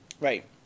Right